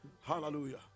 Hallelujah